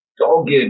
dogged